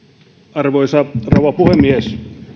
arvoisa rouva puhemies